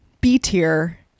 B-tier